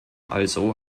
also